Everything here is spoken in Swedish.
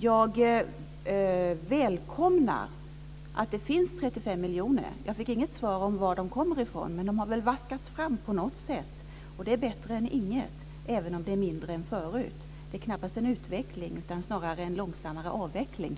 Jag välkomnar att 35 miljoner ställs till förfogande. Jag fick inte något svar på varifrån de kommer, men de har väl vaskats fram på något sätt, och det är bättre än ingenting, även om det är mindre än tidigare. Det är knappast en utveckling utan snarare en långsammare avveckling.